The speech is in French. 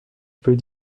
peut